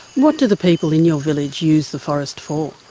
what do the people in your village use the forest for?